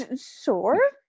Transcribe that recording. sure